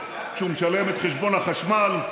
כשהוא משלם את חשבון החשמל,